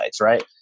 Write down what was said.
right